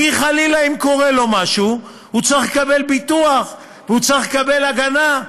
כי חלילה אם קורה לו משהו הוא צריך לקבל ביטוח והוא צריך לקבל הגנה.